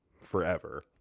forever